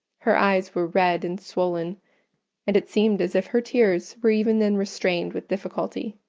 her eyes were red and swollen and it seemed as if her tears were even then restrained with difficulty.